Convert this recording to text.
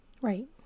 Right